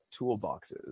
toolboxes